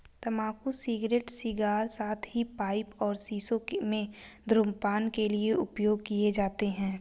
तंबाकू cigarette, cigar, साथ ही पाइप और शीशों में धूम्रपान के लिए उपयोग किए जाते हैं